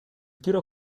tiro